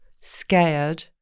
scared